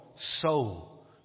soul